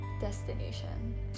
destination